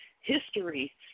history